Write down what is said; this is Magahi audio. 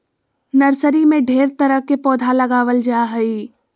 नर्सरी में ढेर तरह के पौधा लगाबल जा हइ